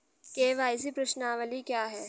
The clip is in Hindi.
के.वाई.सी प्रश्नावली क्या है?